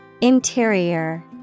Interior